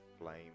flame